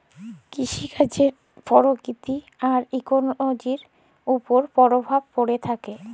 কিসিকাজের যে পরকিতি আর ইকোলোজির উপর পরভাব প্যড়ে থ্যাকে